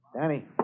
Danny